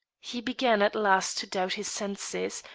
he began at last to doubt his senses,